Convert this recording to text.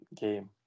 game